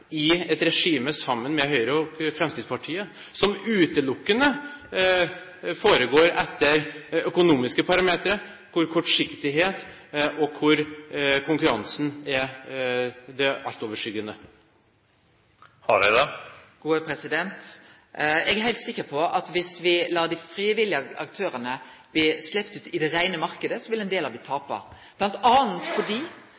i et regime sammen med Høyre og Fremskrittspartiet, som utelukkende foregår etter økonomiske parametre, hvor kortsiktighet og hvor konkurransen er det altoverskyggende? Eg er heilt sikker på at viss me let dei frivillige aktørane sleppe ut i den frie marknaden, så vil ein del av